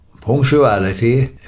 punctuality